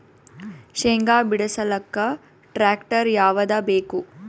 ಶೇಂಗಾ ಬಿಡಸಲಕ್ಕ ಟ್ಟ್ರ್ಯಾಕ್ಟರ್ ಯಾವದ ಬೇಕು?